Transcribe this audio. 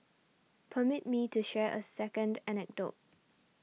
permit me to share a second anecdote